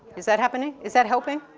is that happening? is that helping?